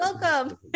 welcome